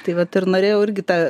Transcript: tai vat ir norėjau irgi tą